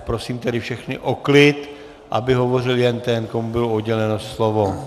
Prosím tedy všechny o klid, a aby hovořil jen ten, komu bylo uděleno slovo.